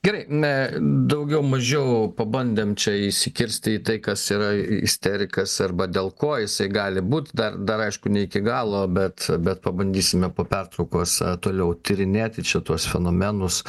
gerai e daugiau mažiau pabandėm čia įsikirsti į tai kas yra isterikas arba dėl ko jisai gali būt dar dar aišku ne iki galo bet bet pabandysime po pertraukos toliau tyrinėti čia tuos fenomenus